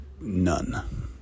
None